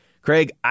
Craig